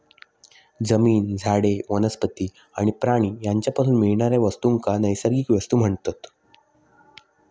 जमीन, झाडे, वनस्पती आणि प्राणी यांच्यापासून मिळणाऱ्या वस्तूंका नैसर्गिक वस्तू म्हणतत